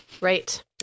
right